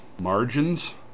margins